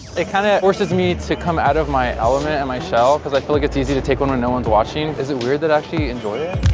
it kind of it forces me to come out of my element and my shell cause i feel like it's easy to take one when no one's watching. is it weird that i actually enjoyed it?